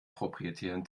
proprietären